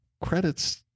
credit's